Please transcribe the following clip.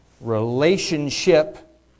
relationship